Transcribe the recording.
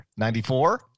94